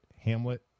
Hamlet